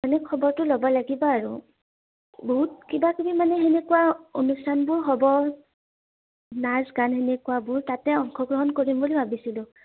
মানে খবৰটো ল'ব লাগিব আৰু বহুত কিবা কিবি মানে তেনেকুৱা অনুষ্ঠানবোৰ হ'ব নাচ গান তেনেকুৱাবোৰ তাতে অংশগ্ৰহণ কৰিম বুলি ভাবিছিলোঁ